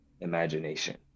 imagination